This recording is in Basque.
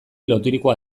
loturikoa